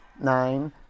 nine